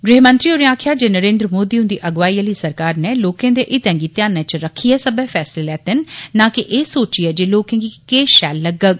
गृहमंत्री होरें आक्खेआ जे नरेन्द्र मोदी हुंदी अगुवाई आली सरकार नै लोकें दे हिलें गी ध्यानै च रक्खियै सब्बै फैसले लैते न ना के एह् सोचियै जे लोकें गी केह् शैल लग्गोग